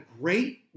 great